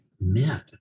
met